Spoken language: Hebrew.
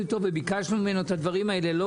וביקשנו ממנו את הדברים הללו.